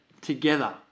together